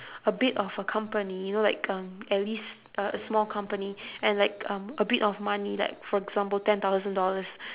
a bit of a company you know like um at least a a small company and like um a bit of a money like for example ten thousand dollars